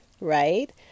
right